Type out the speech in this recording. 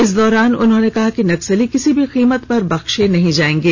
इस दौरान उन्होंने कहा कि नक्सली किसी भी कीमत पर बख्शे नहीं जाएंगे